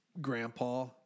grandpa